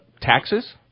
taxes